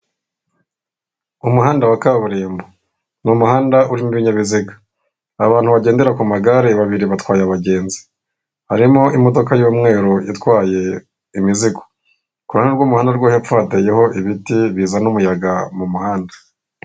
Umuhanda wa kaburimbo n'umuhanda urimo ibinyabiziga, abantu bagendera ku magare babiri batwaye abagenzi, harimo imodoka y'umweru itwaye imizigo, kuhande rw'umuhanda rwo hepfo hatayeho ibiti bizazana umuyaga mu muhanda.